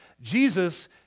Jesus